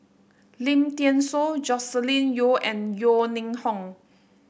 Lim Thean Soo Joscelin Yeo and Yeo Ning Hong